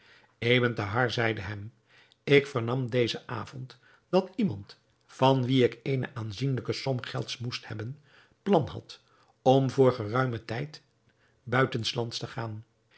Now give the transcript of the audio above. ebn thahar zeide hem ik vernam dezen avond dat iemand van wien ik eene aanzienlijke som gelds moest hebben plan had om voor geruimen tijd buitenslands te gaan